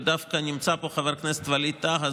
ודווקא נמצא פה חבר הכנסת ווליד טאהא,